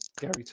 Gary